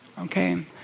okay